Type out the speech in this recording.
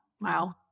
Wow